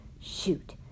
Shoot